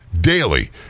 daily